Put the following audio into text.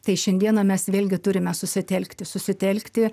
tai šiandieną mes vėlgi turime susitelkti susitelkti